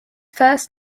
first